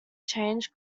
change